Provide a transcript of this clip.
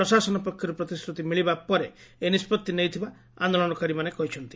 ପ୍ରଶାସନ ପକ୍ଷରୁ ପ୍ରତିଶ୍ରତି ମିଳିବା ପରେ ଏହି ନିଷ୍ବଭି ନେଇଥିବା ଆନ୍ଦୋଳନକାରୀମାନେ କହିଛନ୍ତି